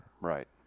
Right